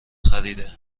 خریده